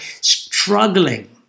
struggling